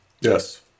yes